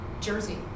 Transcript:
Jersey